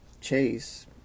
Chase